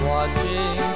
Watching